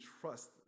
trust